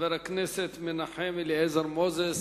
חבר הכנסת מנחם אליעזר מוזס,